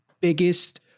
biggest